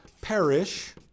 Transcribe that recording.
perish